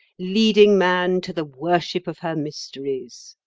leading man to the worship of her mysteries.